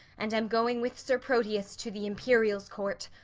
and am going with sir proteus to the imperial's court.